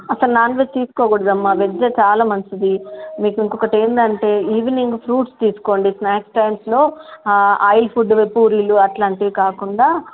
అసలు non veg తీసుకోకూడదు అమ్మా వెజ్జే చాలా మంచిది మీకు ఇంకొకటి ఏమిటి అంటే ఈవినింగ్ ఫ్రూట్స్ తీసుకోండి స్నాక్స్ టైమ్స్లో ఆయిల్ ఫుడ్ పూరీలు అట్లాంటివి కాకుండా